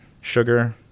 sugar